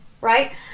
right